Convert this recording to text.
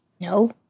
No